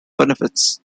benefits